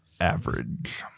average